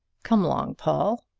come along, paul!